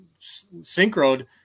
synchroed